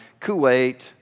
Kuwait